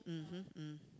mmhmm mmhmm